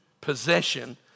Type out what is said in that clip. possession